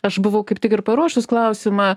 aš buvau kaip tik ir paruoštus klausimą